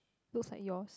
looks like yours